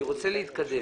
אני רוצה להתקדם.